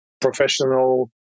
professional